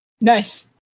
Nice